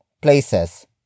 places